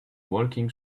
walking